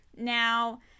now